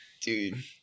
Dude